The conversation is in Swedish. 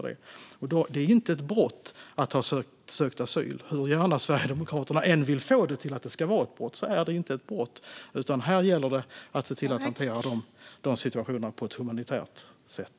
Det är inte ett brott att ha sökt asyl. Hur gärna Sverigedemokraterna än vill få det att det ska vara ett brott är det inte ett brott. Här gäller det att se till att hantera de här situationerna på ett humanitärt sätt.